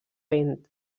vent